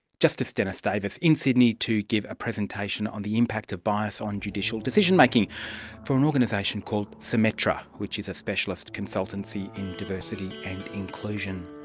justice dennis davis in sydney to give a presentation on impact of bias on judicial decision making for an organisation called symetra, which is a specialist consultancy in diversity and inclusion.